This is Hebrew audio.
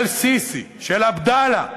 של סיסי, של עבדאללה,